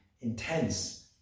intense